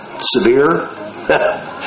severe